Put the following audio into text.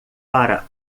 para